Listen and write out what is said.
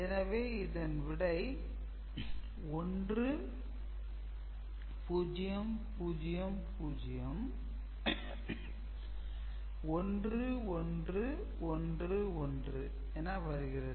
எனவே இதன் விடை 1 0 0 0 1 1 1 1 என வருகிறது